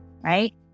right